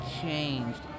changed